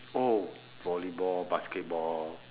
oh volleyball basketball